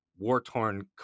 war-torn